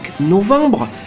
novembre